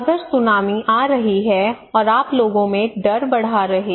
अगर सुनामी आ रही है और आप लोगों में डर बढ़ रहा है